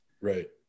right